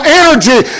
energy